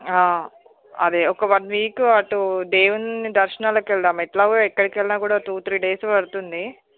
ఆ అదే ఒక వన్ వీక్ అటు దేవుడి దర్శనాలకి వెళదాము ఎలాగో ఎక్కడికి వెళ్ళినా కూడా టూ త్రీ డేసు పడుతుంది